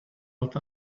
what